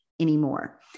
anymore